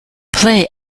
play